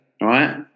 right